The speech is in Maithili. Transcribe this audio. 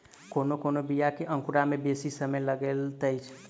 कोनो कोनो बीया के अंकुराय मे बेसी समय लगैत छै